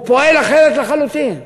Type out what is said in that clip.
הוא פועל אחרת לחלוטין.